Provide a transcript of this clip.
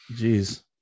Jeez